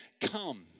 Come